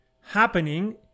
happening